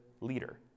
leader